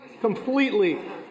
completely